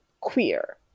queer